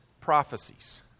prophecies